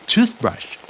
Toothbrush